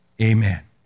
Amen